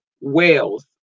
Wales